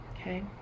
Okay